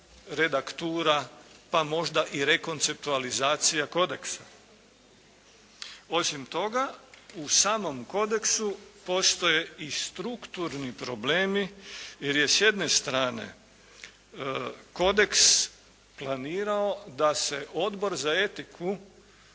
redaktura, pa možda i rekonceptualizacija kodeksa. Osim toga u samom kodeksu postoje i strukturni problemi, jer je s jedne strane kodeks planirao da se Odbor za etiku